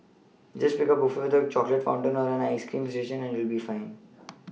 just pick a buffet with the chocolate fountain or an ice cream station and you'll be fine